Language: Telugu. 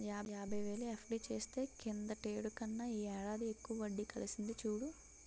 యాబైవేలు ఎఫ్.డి చేస్తే కిందటేడు కన్నా ఈ ఏడాది ఎక్కువ వడ్డి కలిసింది చూడు